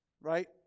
Right